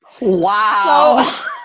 wow